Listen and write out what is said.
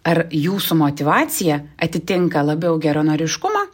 ar jūsų motyvacija atitinka labiau geranoriškumą